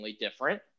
different